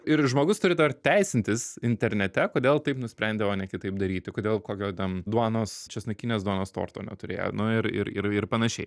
ir žmogus turi dar teisintis internete kodėl taip nusprendė o ne kitaip daryti kodėl kokio ten duonos česnakinės duonos torto neturėjo nu ir ir ir ir panašiai